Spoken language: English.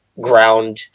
ground